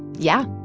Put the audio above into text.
yeah.